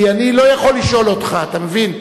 כי אני לא יכול לשאול אותך, אתה מבין?